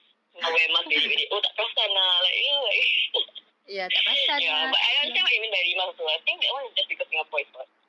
now wear mask bedek-bedek oh tak perasan lah like you know like ya but I understand what you mean by rimas also I think that one is just because singapore is hot